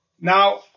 Now